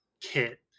kit